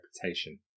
reputation